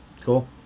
Cool